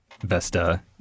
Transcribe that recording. Vesta